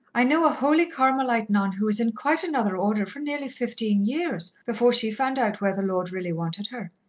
i know a holy carmelite nun who was in quite another order for nearly fifteen years, before she found out where the lord really wanted her.